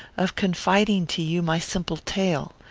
of confiding to you my simple tale.